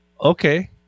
Okay